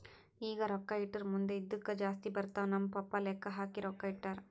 ಈಗ ರೊಕ್ಕಾ ಇಟ್ಟುರ್ ಮುಂದ್ ಇದ್ದುಕ್ ಜಾಸ್ತಿ ಬರ್ತಾವ್ ನಮ್ ಪಪ್ಪಾ ಲೆಕ್ಕಾ ಹಾಕಿ ರೊಕ್ಕಾ ಇಟ್ಟಾರ್